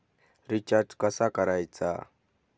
Recharge कसा करायचा?